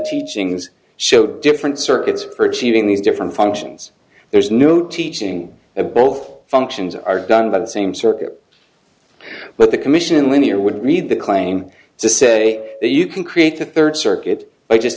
teachings show different circuits for achieving these different functions there is no teaching a both functions are done by the same circuit but the commission linear would read the claim to say that you can create a third circuit by just